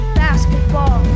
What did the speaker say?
basketball